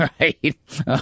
Right